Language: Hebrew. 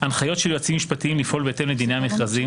הנחיות של יועצים משפטיים לפעול בהתאם לדיני המכרזים,